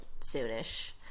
soonish